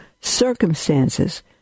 circumstances